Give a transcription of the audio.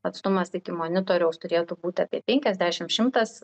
atstumas iki monitoriaus turėtų būti apie penkiasdešim šimtas